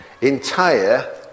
entire